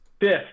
fifth